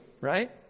right